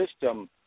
system